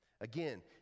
Again